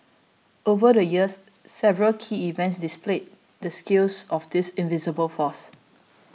over the years several key events displayed the skills of this invisible force